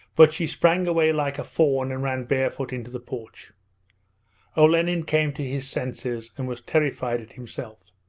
but she sprang away like a fawn and ran barefoot into the porch olenin came to his senses and was terrified at himself.